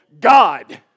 God